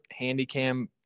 Handycam